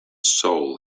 soul